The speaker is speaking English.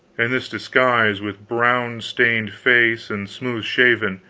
in this disguise, with brown-stained face and smooth shaven,